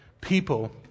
people